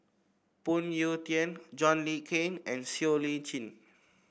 Phoon Yew Tien John Le Cain and Siow Lee Chin